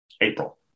April